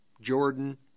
Jordan